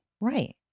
right